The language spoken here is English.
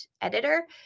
editor